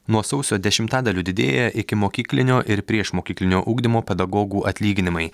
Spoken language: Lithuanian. nuo sausio dešimtadaliu didėja ikimokyklinio ir priešmokyklinio ugdymo pedagogų atlyginimai